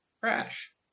crash